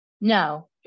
No